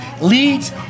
Leads